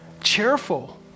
Cheerful